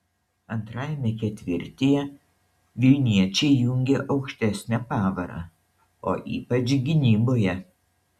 antrajame ketvirtyje vilniečiai įjungė aukštesnę pavarą o ypač gynyboje